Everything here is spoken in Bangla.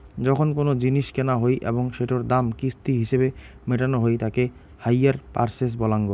যখন কোনো জিনিস কেনা হই এবং সেটোর দাম কিস্তি হিছেবে মেটানো হই তাকে হাইয়ার পারচেস বলাঙ্গ